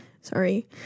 Sorry